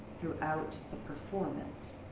through out the performance.